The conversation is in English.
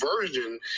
version